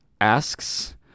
asks